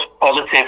positive